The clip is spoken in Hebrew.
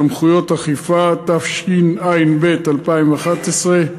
(סמכויות אכיפה), התשע"ב 2011,